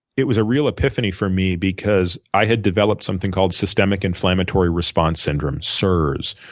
it was a real epiphany for me because i had developed something called systemic inflammatory response syndrome, sirs,